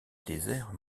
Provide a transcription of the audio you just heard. désert